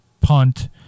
punt